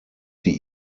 sie